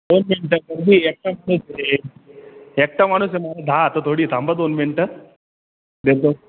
दोन मिनटं मी एकटा माणूस आहे एकटा माणूस आहे मला दहा हात थोडी आहे थांबा दोन मिनटं देतो